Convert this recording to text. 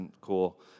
cool